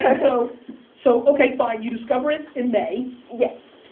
and so so okay, fine, you discover it in may yes.